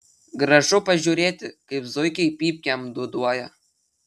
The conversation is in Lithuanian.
gražu pažiūrėti kaip zuikiai pypkėm dūduoja